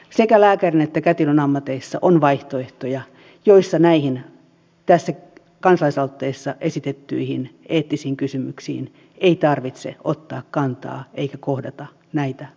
sekä lääkärin että kätilön ammateissa on vaihtoehtoja joissa näihin tässä kansalaisaloitteessa esitettyihin eettisiin kysymyksiin ei tarvitse ottaa kantaa eikä kohdata näitä potilaita